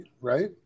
right